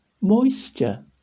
moisture